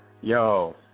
Yo